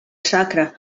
sacra